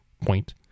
point